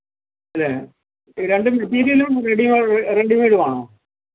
അല്ലെ രണ്ടും മെറ്റീരിയലും റെഡി മേ റെഡി മേയ്ഡുമാണോ